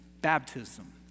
baptism